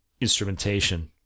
instrumentation